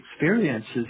experiences